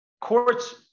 courts